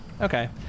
okay